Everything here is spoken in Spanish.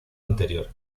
anterior